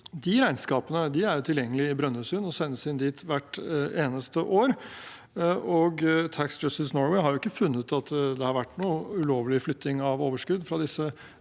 De regnskapene er jo tilgjengelige i Brønnøysund og sendes inn dit hvert eneste år. Tax Justice Norge har ikke funnet at det har vært noe ulovlig flytting av overskudd fra disse vindkraftverkene.